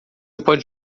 pode